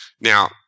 Now